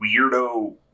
weirdo